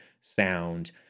sound